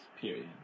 Period